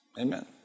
Amen